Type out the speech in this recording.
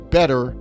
Better